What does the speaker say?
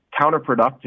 counterproductive